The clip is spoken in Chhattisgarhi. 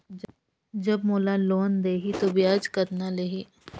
जब मोला लोन देही तो ब्याज कतना लेही?